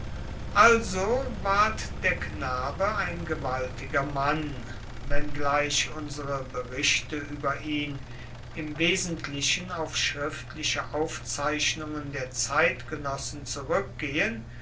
also ward der knabe ein gewaltiger mann wenngleich unsere berichte über ihn im wesentlichen auf schriftliche aufzeichnungen der zeitgenossen zurückgehen